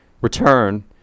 return